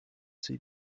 sie